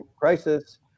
crisis